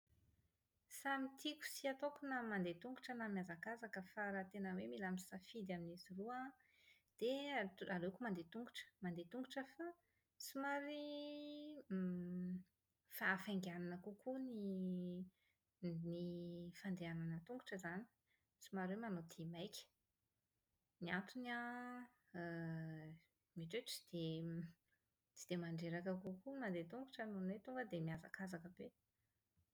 Samy tiako sy ataoko na ny mandeha an-tongotra na ny mihazakazaka fa raha tena hoe mila misafidy amin'izy roa an, dia at- aleoko mandeha an-tongotra. Mandeha an-tongotra fa somary afainganina kokoa ny ny fandehanana an-tongotra izany. Somary hoe manao dia maika. Ny antony an, mety hoe tsy dia mandreraka kokoa ny mandeha an-tongotra noho ny hoe tonga dia mihazakazaka be.